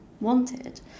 wanted